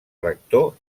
rector